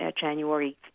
January